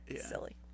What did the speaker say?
silly